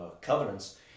covenants